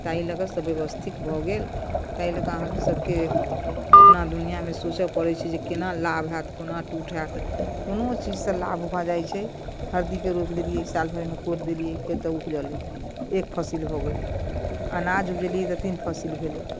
ताहि लऽ कऽ सभ व्यवस्थित भऽ गेल ताहि लऽ कऽ अहाँके सभके अपना दुनिआँमे सोचय पड़ैत छै जे केना लाभ हैत कोना टूट हैत कोनो चीजसँ लाभ भऽ जाइत छै हरदीके रोपि देलियै साल भरिमे कोरि देलियै फेर तऽ उपजलै एक फसिल हो गेलै अनाज उपजेलियै तऽ तीन फसिल भेलै